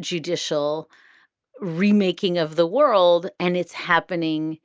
judicial remaking of the world. and it's happening,